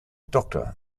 doctor